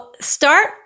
start